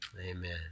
Amen